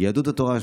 יהדות התורה,